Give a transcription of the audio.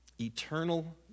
eternal